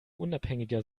unabhängiger